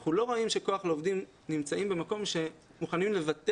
אנחנו לא רואים שכוח לעובדים נמצא במקום שמוכן לוותר